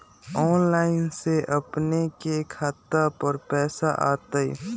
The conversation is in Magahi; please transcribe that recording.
ऑनलाइन से अपने के खाता पर पैसा आ तई?